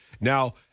Now